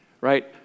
right